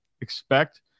expect